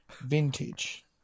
vintage